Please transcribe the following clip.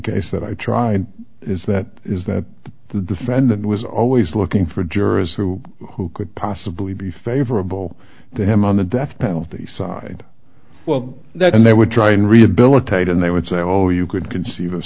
case that i tried is that is that the defendant was always looking for jurors who who could possibly be favorable to him on the death penalty side well that and they would try and rehabilitate and they would say oh you could conceive of